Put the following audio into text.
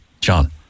John